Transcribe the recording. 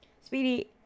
Speedy